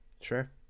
sure